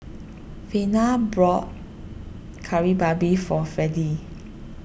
Vena bought Kari Babi for Freddie